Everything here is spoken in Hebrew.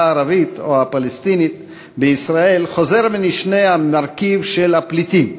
הערבית או הפלסטינית בישראל חוזר ונשנה המרכיב של "הפליטים"